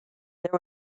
there